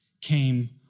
came